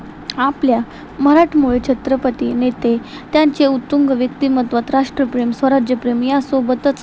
आपले मराठमोळे छत्रपती नेते त्यांच्या उत्तुंग व्यक्तिमत्वात राष्ट्रप्रेम स्वराज्यप्रेम यासोबतच